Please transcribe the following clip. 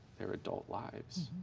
their adult lives.